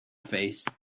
face